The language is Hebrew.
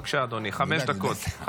בבקשה, אדוני, חמש דקות.